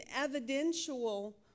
evidential